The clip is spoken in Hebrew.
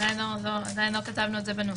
עדיין לא כתבנו את זה בנוסח.